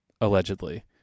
allegedly